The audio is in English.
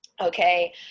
okay